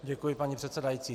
Děkuji, paní předsedající.